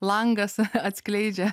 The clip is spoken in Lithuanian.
langas atskleidžia